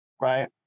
right